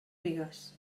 bigues